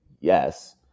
yes